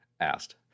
asked